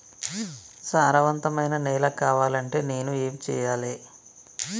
సారవంతమైన నేల కావాలంటే నేను ఏం చెయ్యాలే?